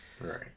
Right